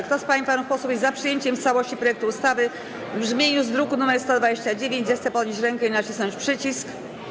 Kto z pań i panów posłów jest za przyjęciem w całości projektu ustawy w brzmieniu z druku nr 129, zechce podnieść rękę i nacisnąć przycisk.